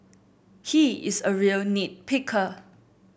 he is a real nit picker